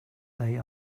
they